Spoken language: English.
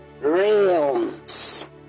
Realms